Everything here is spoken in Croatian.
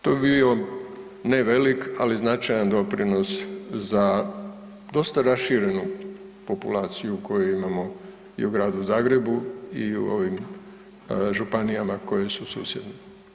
To bi bio nevelik ali značajni doprinos za dosta raširenu populaciju koju imamo i u gradu Zagrebu i u ovim županijama koje su susjedne.